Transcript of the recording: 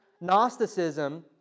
Gnosticism